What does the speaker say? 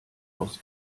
aus